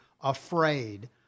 afraid